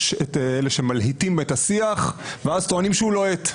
יש את אלה שמלהיטים את השיח ואז טוענים שהוא לוהט.